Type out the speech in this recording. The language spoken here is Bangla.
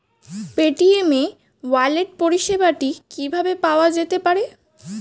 পেটিএম ই ওয়ালেট পরিষেবাটি কিভাবে পাওয়া যেতে পারে?